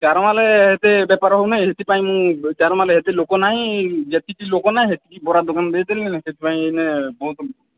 ଚାରମାଲ ଏତେ ବେପାର ହେଉ ନାହିଁ ସେଥିପାଇଁ ମୁଁ ଚାରମାଲ ହେତେ ଲୋକ ନାହିଁ ଯେତିକି ଲୋକ ନାହିଁ ସେତିକି ବରା ଦୋକାନ ଦେଇ ଦେଲେନ ସେଥିପାଇଁ ଏଇନେ ବହୁତ